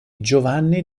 giovanni